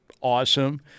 awesome